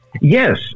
Yes